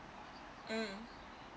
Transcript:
mm